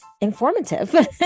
informative